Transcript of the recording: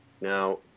Now